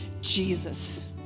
Jesus